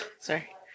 Sorry